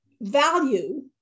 value